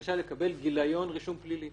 בבקשה לקבל גיליון רישום פלילי.